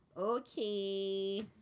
Okay